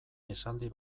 esaldi